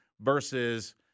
versus